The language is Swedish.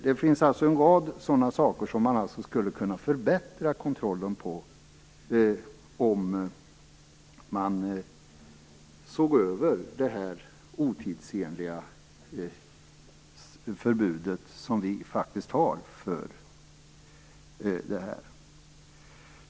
Det finns en rad punkter där kontrollen skulle kunna förbättras, om man såg över det otidsenliga förbud som vi faktiskt har.